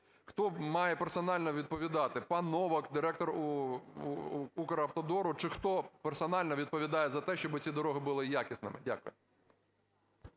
Хто має персонально відповідати: пан Новак, директор Укравтодору чи хто персонально відповідає за те, щоби ці дороги були якісними? Дякую.